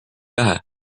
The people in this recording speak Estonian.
lähe